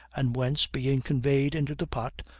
and whence, being conveyed into the pot,